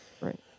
Right